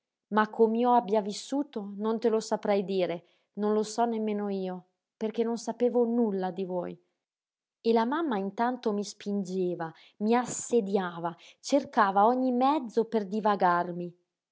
finito ma com'io abbia vissuto non te lo saprei dire non lo so nemmeno io perché non sapevo nulla di voi e la mamma intanto mi spingeva mi assediava cercava ogni mezzo per divagarmi